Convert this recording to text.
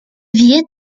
viêt